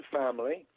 family